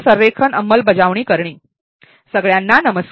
सगळ्यांना नमस्कार